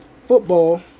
football